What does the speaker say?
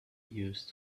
used